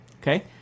Okay